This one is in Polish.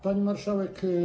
Pani Marszałek!